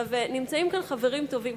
נמצאים כאן חברים טובים,